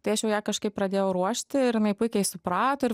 tai aš jau ją kažkaip pradėjau ruošti ir jinai puikiai suprato ir